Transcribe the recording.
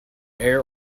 air